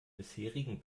bisherigen